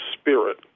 spirit